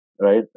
right